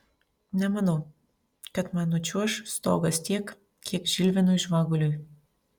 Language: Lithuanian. nemanau kad man nučiuoš stogas tiek kiek žilvinui žvaguliui